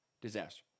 disaster